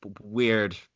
weird